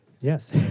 Yes